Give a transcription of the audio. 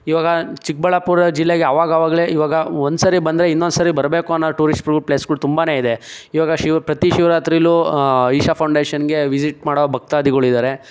ಇವಾಗ ಚಿಕ್ಕಬಳ್ಳಾಪುರ ಜಿಲ್ಲೆಗೆ ಆವಾಗವಾಗಲೇ ಇವಾಗ ಒಂದ್ಸರಿ ಬಂದರೆ ಇನ್ನೊಂದ್ಸರಿ ಬರಬೇಕು ಅನ್ನೋ ಟೂರಿಸ್ಟ್ಗಳು ಪ್ಲೇಸ್ಗಳು ತುಂಬಾ ಇದೆ ಇವಾಗ ಶಿವ ಪ್ರತಿ ಶಿವರಾತ್ರಿಲೂ ಇಶಾ ಫೌಂಡೇಶನ್ಗೆ ವಿಸಿಟ್ ಮಾಡೋ ಭಕ್ತಾದಿಗಳಿದಾರೆ